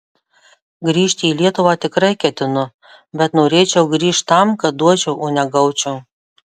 grįžti į lietuvą tikrai ketinu bet norėčiau grįžt tam kad duočiau o ne gaučiau